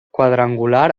quadrangular